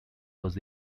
was